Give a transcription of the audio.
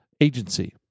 agency